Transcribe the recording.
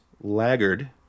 laggard